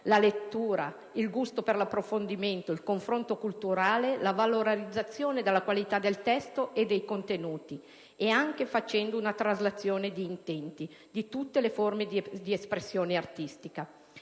la lettura, il gusto per l'approfondimento, il confronto culturale, la valorizzazione della qualità del testo e dei contenuti ed anche, facendo una traslazione di intenti, di tutte le forme di espressione artistica.